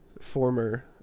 former